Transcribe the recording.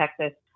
Texas